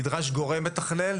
נדרש גורם מתכלל,